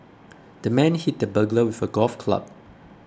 the man hit the burglar with a golf club